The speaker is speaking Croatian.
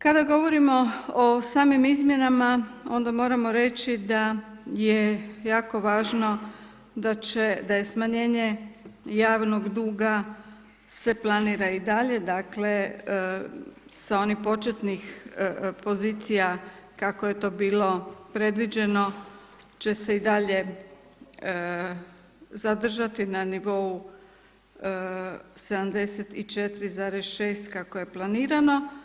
Kada govorimo o samim izmjenama onda moramo reći da je jako važno da je smanjenje javnog duga se planira i dalje, dakle, s onih početnih pozicija, kako je to bilo predviđeno, će se i dalje zadržati na nivou 74,6 kako je planirano.